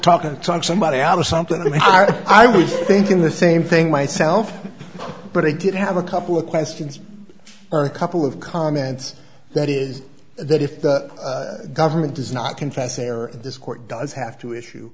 talking to talk somebody out of something i mean i was thinking the same thing myself but i did have a couple of questions or a couple of comments that is that if the government does not confess error this court does have to issue